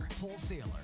wholesaler